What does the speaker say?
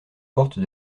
portes